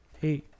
Hey